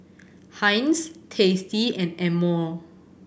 Heinz Tasty and Amore